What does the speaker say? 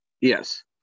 Yes